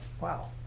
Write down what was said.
wow